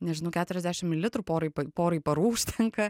nežinau keturiasdešim mililitrų porai porai parų užtenka